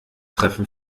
treffen